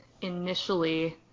initially